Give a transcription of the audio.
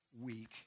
week